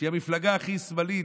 שהיא המפלגה הכי שמאלית,